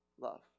love